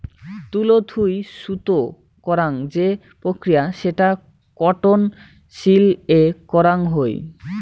তুলো থুই সুতো করাং যে প্রক্রিয়া সেটা কটন মিল এ করাং হই